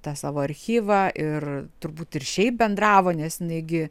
tą savo archyvą ir turbūt ir šiaip bendravo nes jinai gi